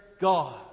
God